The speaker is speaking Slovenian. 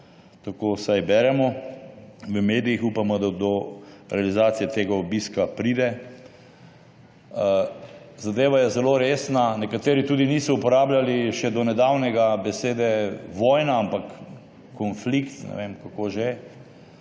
Tako vsaj beremo v medijih, upamo, da do realizacije tega obiska pride. Zadeva je zelo resna. Nekateri tudi niso uporabljali še do nedavnega besede vojna, ampak konflikt, ne vem, kako že.